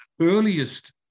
earliest